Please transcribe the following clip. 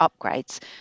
upgrades